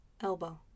elbow